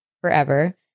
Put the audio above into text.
forever